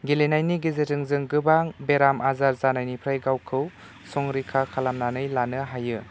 गेलेनायनि गेजेरजों जों गोबां बेराम आजार जानायनिफ्राय गावखौ संरैखा खालामनानै लानो हायो